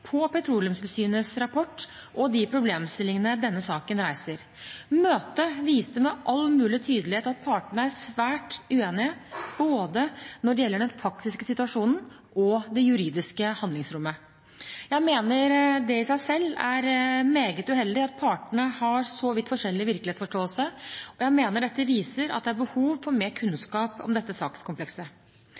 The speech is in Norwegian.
på Petroleumstilsynets rapport og de problemstillingene denne saken reiser. Møtet viste med all mulig tydelighet at partene er svært uenige både når det gjelder den faktiske situasjonen og det juridiske handlingsrommet. Jeg mener det i seg selv er meget uheldig at partene har så vidt forskjellig virkelighetsforståelse, og jeg mener dette viser at det er behov for mer kunnskap om dette sakskomplekset.